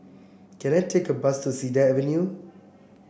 can I take a bus to Cedar Avenue